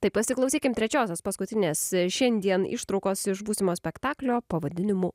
taip pasiklausykime trečiosios paskutinės šiandien ištraukos iš būsimo spektaklio pavadinimu